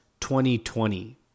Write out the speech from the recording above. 2020